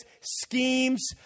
schemes